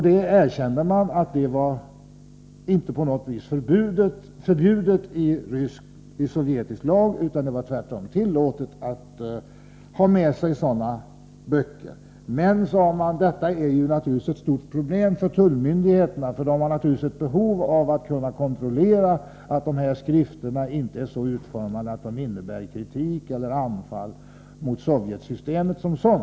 Man erkände att detta inte på något sätt är förbjudet i sovjetisk lag. Tvärtom är det, sade man, tillåtet att ha med sig religiösa böcker. Detta är, hette det, naturligtvis ett stort problem för tullmyndigheterna, eftersom dessa givetvis har ett behov av att kontrollera att skrifterna inte är så utformade att de innebär kritik eller angrepp på Sovjetsystemet som sådant.